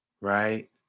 right